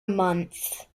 month